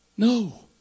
No